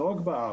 לא רק בארץ.